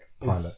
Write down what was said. pilot